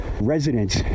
residents